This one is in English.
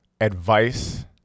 advice